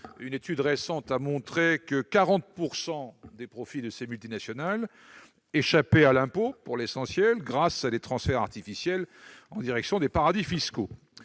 Une étude récente a montré que 40 % des profits de ces sociétés échappaient à l'impôt, pour l'essentiel grâce à des transferts artificiels en direction des paradis fiscaux.